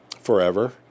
Forever